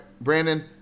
Brandon